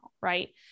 right